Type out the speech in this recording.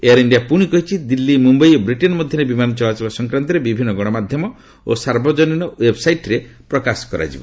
air India ପୁଣି କହିଛି ଦିଲ୍ଲୀ ମୁମ୍ବାଇ ଓ ବ୍ରିଟେନ୍ ମଧ୍ୟରେ ବିମାନ ଚଳାଚଳ ସଂକ୍ରାନ୍ତରେ ବିଭିନ୍ନ ଗଣମାଧ୍ୟମ ଓ ସାର୍ବଜନୀନ ୱ୍ୱେବ୍ସାଇଟ୍ରେ ପ୍ରକାଶ କରାଯିବ